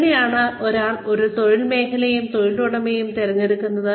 എങ്ങനെയാണ് ഒരാൾ ഒരു തൊഴിൽ മേഖലയും തൊഴിലുടമയും തിരഞ്ഞെടുക്കുന്നത്